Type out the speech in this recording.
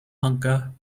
hunger